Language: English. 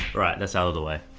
alright, that's out of the way.